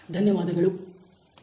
ಧನ್ಯವಾದಗಳು